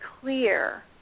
clear